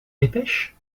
dépêche